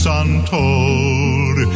untold